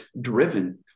driven